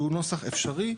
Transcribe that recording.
שהוא נוסח אפשרי,